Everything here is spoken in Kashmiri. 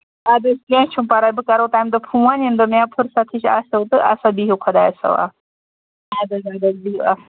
اَدٕ حظ کیٚنٛہہ چھُنہٕ پَرواے بہٕ کرو تَمہِ دۄہ فون ییٚمہِ دۄہ مےٚ فُرصتھ ہِش آسیٚو تہٕ اَسا بِہِو خدایَس حَوالہٕ اَدٕ حظ اَدٕ حظ بِہِو